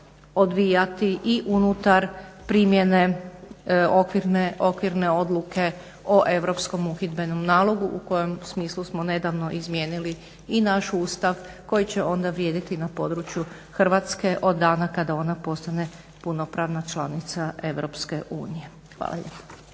odvijati i unutar primjene okvirne odluke o europskom uhidbenom nalogu u kojem smislu smo nedavno izmijenili i naš Ustav koji će onda vrijediti na području Hrvatske od dana kada ona postane punopravna članica EU. Hvala lijepa.